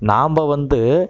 நாம் வந்து